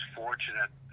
fortunate